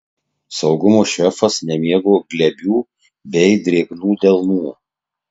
saugumo šefas nemėgo glebių bei drėgnų delnų